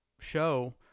show